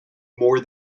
more